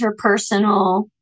interpersonal